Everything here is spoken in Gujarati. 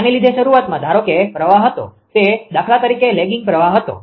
આને લીધે શરૂઆતમાં ધારો કે પ્રવાહ હતો તે દાખલા તરીકે લેગીંગ પ્રવાહ હતો